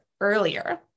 earlier